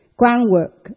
groundwork